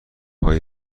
های